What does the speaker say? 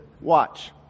watch